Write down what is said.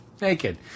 naked